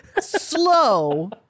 slow